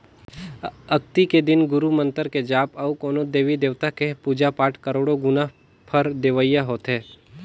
अक्ती के दिन गुरू मंतर के जाप अउ कोनो देवी देवता के पुजा पाठ करोड़ो गुना फर देवइया होथे